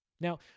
now